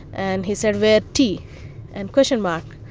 and he said red tea and question mark.